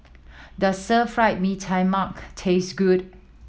does Stir Fry Mee Tai Mak taste good